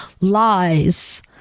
lies